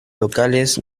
locales